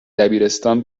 دبیرستان